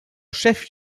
chef